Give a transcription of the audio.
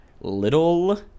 little